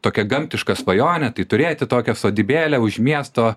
tokia gamtišką svajonę tai turėti tokią sodybėlę už miesto